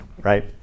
Right